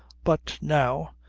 but, now,